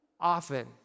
Often